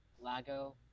Lago